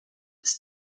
ist